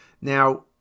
Now